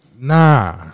Nah